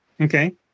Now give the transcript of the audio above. Okay